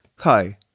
Hi